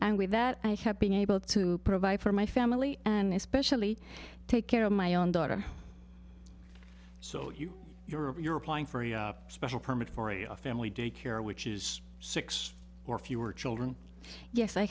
and with that i have been able to provide for my family and especially take care of my own daughter so you you're you're applying for a special permit for a family daycare which is six or fewer children yes i